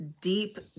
deep